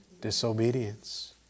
Disobedience